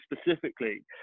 specifically